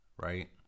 right